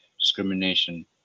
discrimination